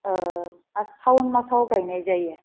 साउन मासाव गायनाय जायो